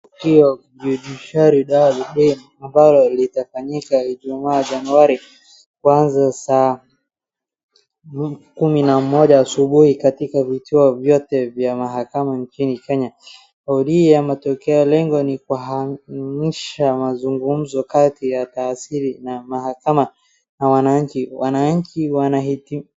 Tukio the judiciary dialogue day ambalo litafanyika ijumaa Januari kuanzia saa kumi na moja asubuhi katika vituo vyote vya mahakama nchini Kenya, matokeo lengo ni kuhamaisha mazungumzo kati ya taasisi na mahakama na wananchi. Wananchi wanahiti.